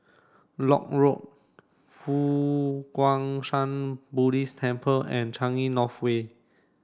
Lock Road Fo Guang Shan Buddha Temple and Changi North Way